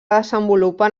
desenvolupen